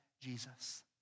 Jesus